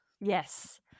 Yes